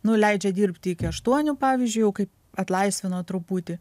nu leidžia dirbt iki aštuonių pavyzdžiui jau kai atlaisvino truputį